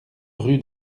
rue